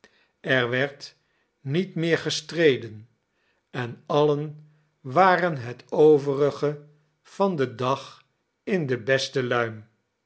er werd niet meer gestreden en allen waren het overige van den dag in de beste luim